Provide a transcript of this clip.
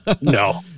No